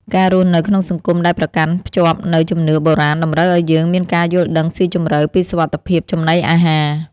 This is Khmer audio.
ការរស់នៅក្នុងសង្គមដែលប្រកាន់ភ្ជាប់នូវជំនឿបុរាណតម្រូវឱ្យយើងមានការយល់ដឹងស៊ីជម្រៅពីសុវត្ថិភាពចំណីអាហារ។